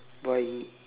but he